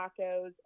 tacos